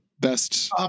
best